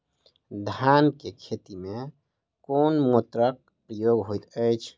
धान केँ खेती मे केँ मोटरक प्रयोग होइत अछि?